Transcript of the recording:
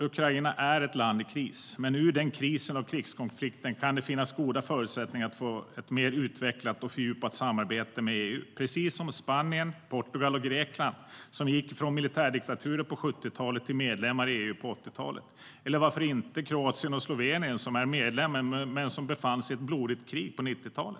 Ukraina är ett land i kris, men ur den krisen och krigskonflikten kan det finnas goda förutsättningar att få ett mer utvecklat och fördjupat samarbete med EU, precis som Spanien, Portugal och Grekland som gick från militärdiktaturer på 70-talet till medlemmar i EU på 80-talet. Eller varför inte Kroatien och Slovenien som nu är medlemmar men som befann sig i ett blodigt krig i början av 90-talet?